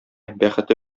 бәхете